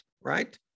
right